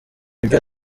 byo